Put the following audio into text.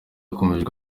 yakomeje